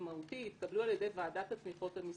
ומהותי יתקבלו על ידי ועדת התמיכות המשרדית.